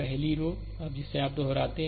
पहली 2 रो जिसे आप दोहराते हैं